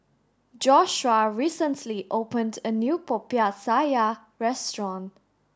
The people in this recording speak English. Joshua recently opened a new Popiah Sayur restaurant